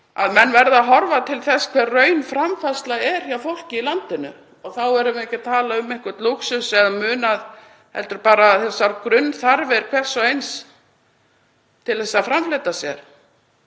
að menn verða að horfa til þess hver raunframfærsla er hjá fólki í landinu og þá erum við ekki að tala um einhvern lúxus eða munað heldur bara grunnþarfir hvers og eins til að framfleyta sér.